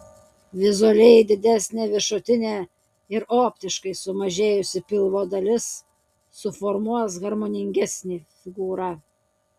vizualiai didesnė viršutinė ir optiškai sumažėjusi pilvo dalis suformuos harmoningesnę figūrą